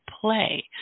Play